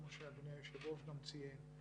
גם כמו שאדוני היושב ראש ציין,